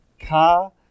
car